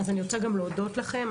אז אני רוצה להודות לכם.